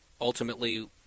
ultimately